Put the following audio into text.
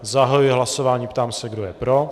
Zahajuji hlasování a ptám se, kdo je pro.